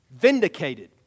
vindicated